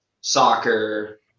soccer